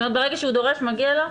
כלומר, ברגע שהוא דורש מגיע לו?